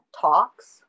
talks